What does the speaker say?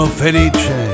felice